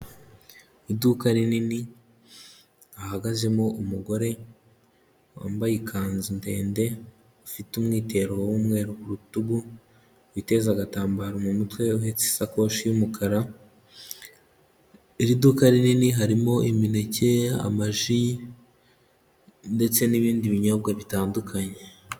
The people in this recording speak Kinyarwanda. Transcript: Iduka rinini hahagazemo umugore wambaye ikanzu ndende, ufite umwitero w'umweru ku rutugu, witeze agatambaro mu mutwe, uhetse isakoshi y'umukara, iri duka rinini harimo imineke, amaji ndetse n'ibindi binyobwa bitandukanye.